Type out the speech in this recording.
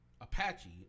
Apache